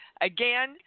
Again